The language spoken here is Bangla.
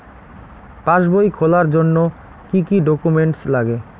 পাসবই খোলার জন্য কি কি ডকুমেন্টস লাগে?